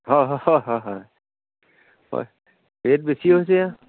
হয় হয় হয় হয় ৰেট বেছি হৈছে আৰু